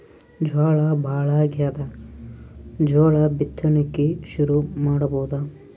ಝಳಾ ಭಾಳಾಗ್ಯಾದ, ಜೋಳ ಬಿತ್ತಣಿಕಿ ಶುರು ಮಾಡಬೋದ?